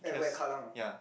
case yea